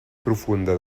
profunda